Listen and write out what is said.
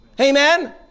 Amen